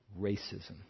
Racism